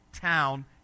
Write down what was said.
town